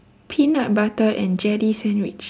peanut butter and jelly sandwich